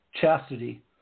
chastity